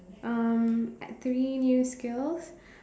um three new skills